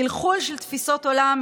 חלחול של תפיסות עולם,